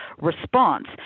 response